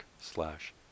slash